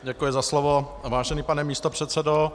Děkuji za slovo, vážený pane místopředsedo.